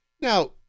Now